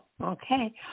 Okay